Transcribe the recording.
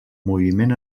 moviment